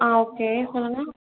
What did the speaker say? ஆ okay சொல்லுங்க